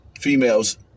Females